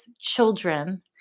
children